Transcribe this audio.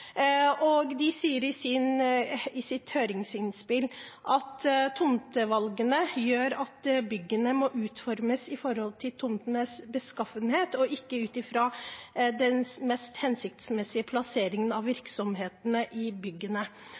og de sier i sitt høringsinnspill at tomtevalgene gjør at byggene må utformes i henhold til tomtenes beskaffenhet, og ikke ut fra den mest hensiktsmessige plasseringen av virksomhetene i byggene.